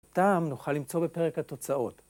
טעם נוכל למצוא בפרק התוצאות.